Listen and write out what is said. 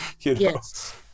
Yes